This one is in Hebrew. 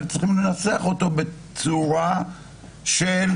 אבל צריכים לנסח אותו בצורה פרקטית.